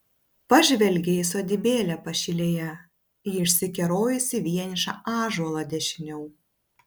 pažvelgė į sodybėlę pašilėje į išsikerojusį vienišą ąžuolą dešiniau